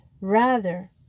Rather